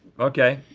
okay,